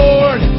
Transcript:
Lord